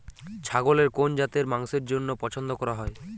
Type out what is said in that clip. ছাগলের কোন জাতের মাংসের জন্য পছন্দ করা হয়?